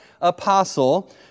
apostle